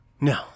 no